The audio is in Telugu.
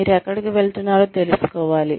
మీరు ఎక్కడికి వెళుతున్నారో తెలుసుకోవాలి